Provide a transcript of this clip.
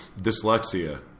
dyslexia